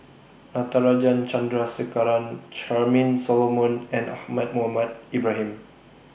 Natarajan Chandrasekaran Charmaine Solomon and Ahmad Mohamed Ibrahim